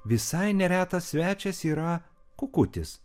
visai neretas svečias yra kukutis